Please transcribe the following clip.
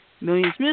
Millions